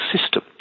system